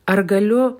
ar galiu